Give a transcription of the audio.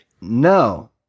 No